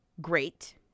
great